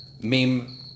meme